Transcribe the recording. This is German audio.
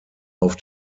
auf